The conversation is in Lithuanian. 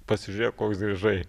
pasižiūrėk koks grįžai